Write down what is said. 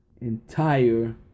Entire